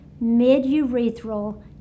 mid-urethral